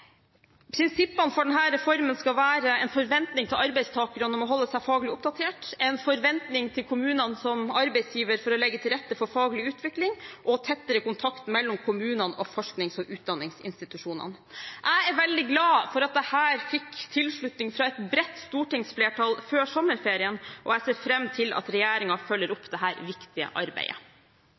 Prinsippene for denne reformen skal være en forventning til arbeidstakerne om å holde seg faglig oppdatert og en forventning til kommunene som arbeidsgiver om å legge til rette for faglig utvikling og tettere kontakt mellom kommunene og forsknings- og utdanningsinstitusjonene. Jeg er veldig glad for at dette fikk tilslutning fra et bredt stortingsflertall før sommerferien, og jeg ser fram til at regjeringen følger opp dette viktige arbeidet.